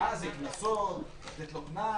הרתעה זה לתת לו קנס.